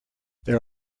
there